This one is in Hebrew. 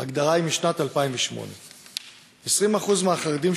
ההגדרה היא משנת 2008. 20% מהחרדים,